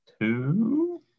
Two